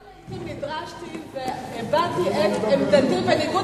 אבל גם לעתים נדרשתי והבעתי את עמדתי בניגוד